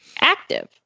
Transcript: active